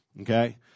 okay